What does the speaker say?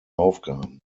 aufgaben